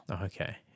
Okay